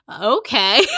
okay